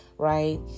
Right